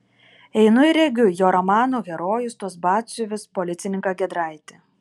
einu ir regiu jo romanų herojus tuos batsiuvius policininką giedraitį